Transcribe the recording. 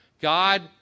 God